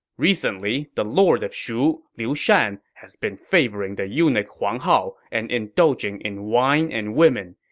recently, the lord of shu, liu shan, has been favoring the eunuch huang hao and indulging in wine and women.